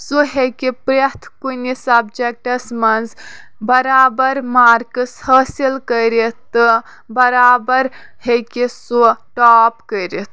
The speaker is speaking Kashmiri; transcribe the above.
سُہ ہیٚکِہ پرٮ۪تھ کُنہِ سَبجَکٹَس منٛز بَرابر مارکس حٲصِل کٔرِتھ تہٕ بَرابر ہیٚکہِ سُہ ٹاپ کٔرِتھ